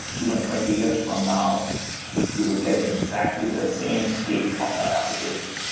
even twenty years from now you would get exactly the same state of that application.